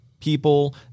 people